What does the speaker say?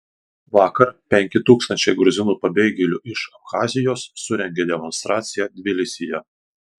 vakar penki tūkstančiai gruzinų pabėgėlių iš abchazijos surengė demonstraciją tbilisyje